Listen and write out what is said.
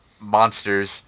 Monsters